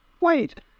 Wait